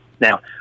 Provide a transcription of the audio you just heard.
Now